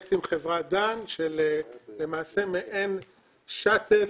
פרויקט עם חברת דן, למעשה מעין שאטל.